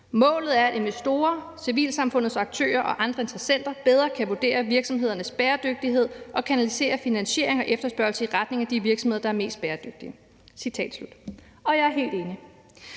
Målet er, at investorer, civilsamfundets aktører og andre interessenter bedre kan vurdere virksomhedernes bæredygtighed og kanalisere finansiering og efterspørgsel i retning af de virksomheder, der er mest bæredygtige.« Jeg er helt enig.